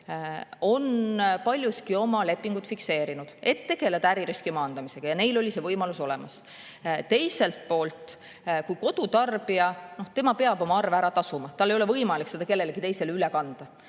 on paljuski oma lepingud fikseerinud, et tegeleda äririski maandamisega. Neil oli see võimalus olemas. Teiselt poolt, kui kodutarbija peab oma arve ära tasuma, tal ei ole võimalik seda kellelegi teisele üle kanda,